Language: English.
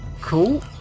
Cool